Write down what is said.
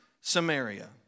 Samaria